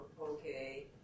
okay